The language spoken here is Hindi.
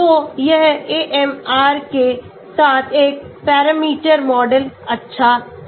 तो यह AMR के साथ एक पैरामीटर मॉडल अच्छा है